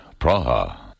Praha